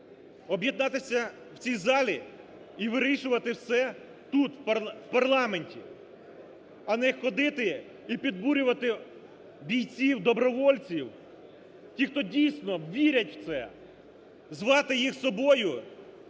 Об'єднатися в цій залі і вирішувати все тут, в парламенті, а не ходити і підбурювати бійців-добровольців, тих, хто дійсно вірять в це, звати їх з собою,